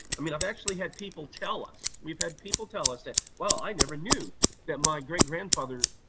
i mean, i've actually had people tell us, we've had people tell us that, wow, i never knew that my great-grandfather,